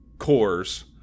cores